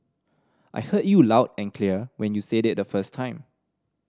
I heard you loud and clear when you said it the first time